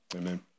amen